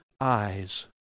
eyes